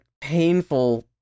painful